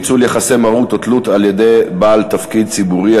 ניצול יחסי מרות או תלות על-ידי בעל תפקיד ציבורי),